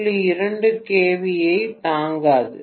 2 kV ஐ தாங்காது